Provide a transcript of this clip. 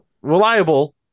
reliable